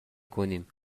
کنیم